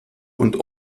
und